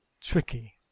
tricky